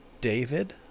David